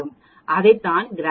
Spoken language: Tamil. அதைத்தான் கிராபைட் 0